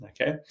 Okay